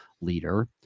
leader